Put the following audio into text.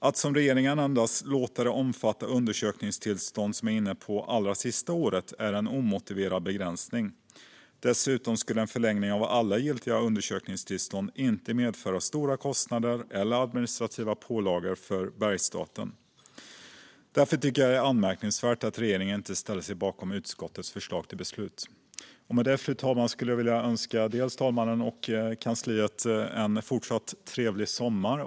Att, som regeringen vill, endast låta detta omfatta de undersökningstillstånd som är inne på det allra sista året är en omotiverad begränsning. Dessutom skulle en förlängning av alla giltiga undersökningstillstånd inte medföra stora kostnader eller administrativt merarbete för Bergsstaten. Därför tycker jag att det är anmärkningsvärt att regeringen inte ställer sig bakom utskottets förslag till beslut. Med det, fru talman, skulle jag vilja önska talmannen och kansliet en fortsatt trevlig sommar.